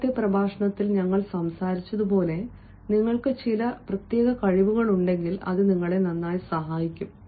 മുമ്പത്തെ പ്രഭാഷണത്തിൽ ഞങ്ങൾ സംസാരിച്ചതുപോലെ നിങ്ങൾക്ക് ചില പ്രത്യേക കഴിവുകൾ ഉണ്ടെങ്കിൽ അത് നിങ്ങളെ നന്നായി സഹായിക്കും